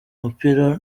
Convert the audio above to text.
umupira